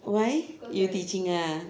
why you teaching ah